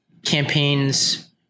campaigns